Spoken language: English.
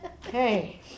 Hey